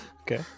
Okay